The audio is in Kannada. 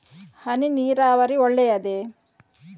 ಹನಿ ನೀರಾವರಿ ಒಳ್ಳೆಯದೇ?